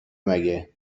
مگه